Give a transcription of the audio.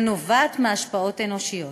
הנובעת מהשפעות אנושיות.